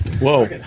Whoa